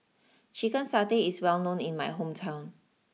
Chicken Satay is well known in my hometown